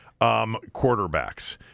quarterbacks